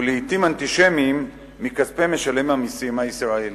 ולעתים אנטישמיים, מכספי משלם המסים הישראלי.